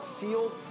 sealed